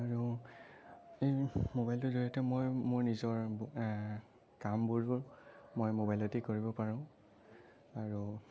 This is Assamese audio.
আৰু এই ম'বাইলটোৰ জৰিয়তে মই মোৰ নিজৰ কামবোৰো মই ম'বাইলেদি কৰিব পাৰোঁ আৰু